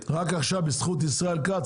בזכות ישראל כ"ץ,